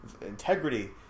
integrity